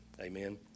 Amen